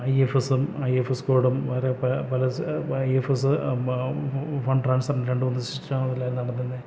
I F എസും I F S കോഡും വേറെ പല പല I F S fund transfer രണ്ട് മൂന്ന് സിസ്റ്റം അതിൽ നടത്തുന്നത്